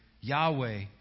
Yahweh